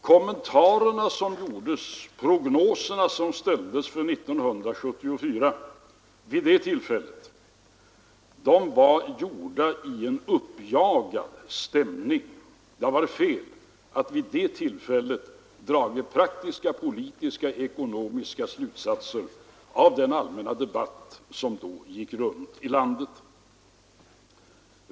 Kommentarerna som gjordes och prognoserna som ställdes för 1974 vid det tillfället var tillkomna i en uppjagad stämning. Det hade varit fel att vid den tidpunkten dra praktiska politiska ekonomiska slutsatser av den allmänna debatt som då pågick runt om i landet.